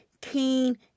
keen